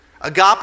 Agape